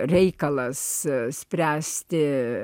reikalas spręsti